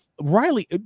Riley